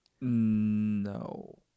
no